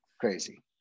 Crazy